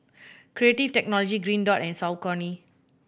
Creative Technology Green Dot and Saucony